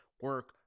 Work